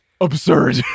absurd